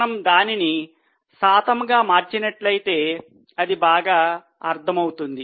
మనము దానిని శాతంగా మార్చినట్లయితే అది బాగా అర్థం అవుతుంది